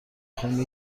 خواهم